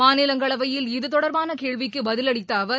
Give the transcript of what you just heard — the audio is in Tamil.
மாநிலங்களவையில் இது தொடர்பான கேள்விக்கு பதில் அளித்த அவர்